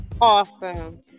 Awesome